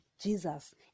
Jesus